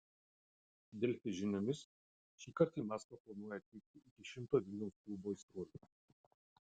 delfi žiniomis šįkart į maskvą planuoja atvykti iki šimto vilniaus klubo aistruolių